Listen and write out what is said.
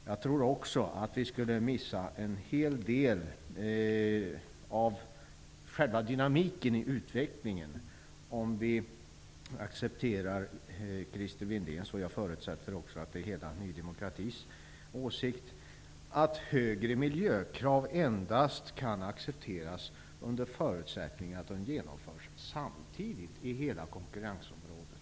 Jag tror också att vi skulle missa en hel del av själva dynamiken i utvecklingen om vi accepterar Christer Windéns åsikt -- jag förutsätter att det också är hela Ny demokratis åsikt -- att högre miljökrav endast kan accepteras under förutsättning att de genomförs samtidigt i hela konkurrensområdet.